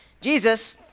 Jesus